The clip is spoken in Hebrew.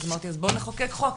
אמרתי אז בוא נחוקק חוק,